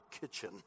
kitchen